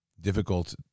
difficult